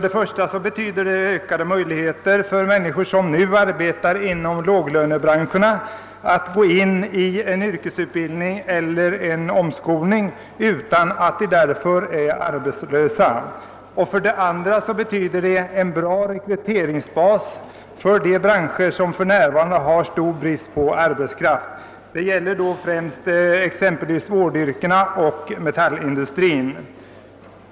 Den utbildningen betyder för det första ökade möjligheter för de människor som arbetar inom låginkomstyrkena att starta en ny yrkesutbildning eller omskolning utan att vara arbetslösa. För det andra betyder bristyrkesutbildningen en bra rekryterings bas för de branscher där det för närvarande råder stor brist på arbetskraft, t.ex. inom vårdyrkena och i metallindustrin.